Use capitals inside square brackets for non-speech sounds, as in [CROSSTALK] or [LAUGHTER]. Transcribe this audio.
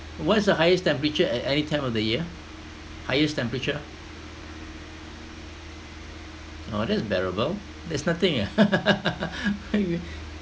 what's the highest temperature at any time of the year highest temperature oh that's bearable that's nothing eh [LAUGHS] why you